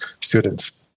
students